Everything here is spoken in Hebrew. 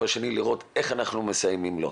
השני צריכים לראות איך אנחנו מסייעים לו.